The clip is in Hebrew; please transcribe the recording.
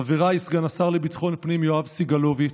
חבריי סגן השר לביטחון פנים יואב סגלוביץ'